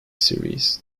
series